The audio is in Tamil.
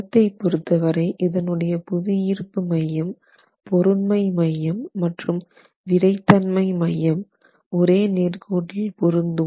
தளத்தைப் பொறுத்தவரை இதனுடைய புவியீர்ப்பு மையம் பொருண்மை மையம் மற்றும் விறைத்தன்மை மையம் ஒரே நேர் கோட்டில் பொருந்தும்